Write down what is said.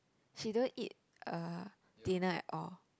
she don't eat uh dinner at all